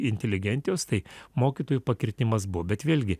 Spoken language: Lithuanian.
inteligencijos tai mokytojų pakirtimas buvo bet vėlgi